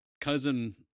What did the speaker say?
cousin